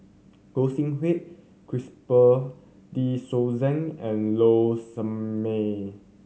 Gog Sing Hooi Christopher De Souza and Low Sanmay